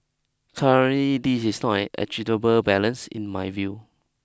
currently this is not an balance in my view